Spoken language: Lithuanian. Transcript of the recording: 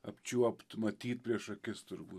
apčiuopt matyt prieš akis turbūt